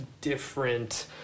different